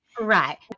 Right